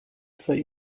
swej